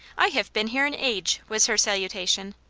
i have been here an age, was her salutation.